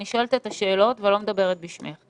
אני שואלת את השאלות ולא מדברת בשמך.